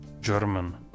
German